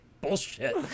bullshit